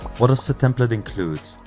what does the template include?